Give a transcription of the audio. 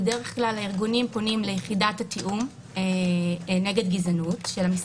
בדרך כלל הארגונים פונים ליחידת התיאום נגד גזענות של המשרד שלנו.